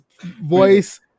voice